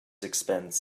expense